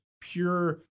pure